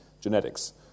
genetics